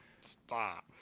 Stop